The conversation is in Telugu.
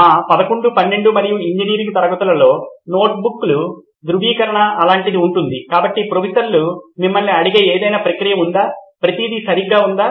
మా 11 12 మరియు ఇంజనీరింగ్ తరగతులలో నోట్బుక్ల ధృవీకరణ అలాంటిదే ఉంటుంది కాబట్టి ప్రొఫెసర్లు మిమ్మల్ని అడిగే ఏదైనా ప్రక్రియ ఉందా ప్రతిదీ సరిగ్గా ఉందా